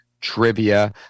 trivia